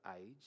age